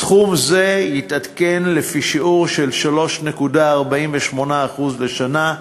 סכום זה יתעדכן לפי שיעור של 3.48% לשנה,